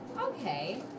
Okay